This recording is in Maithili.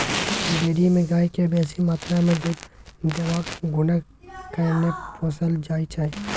डेयरी मे गाय केँ बेसी मात्रा मे दुध देबाक गुणक कारणेँ पोसल जाइ छै